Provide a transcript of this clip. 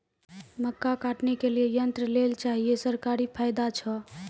मक्का काटने के लिए यंत्र लेल चाहिए सरकारी फायदा छ?